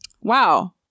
Wow